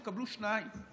תקבלו שניים;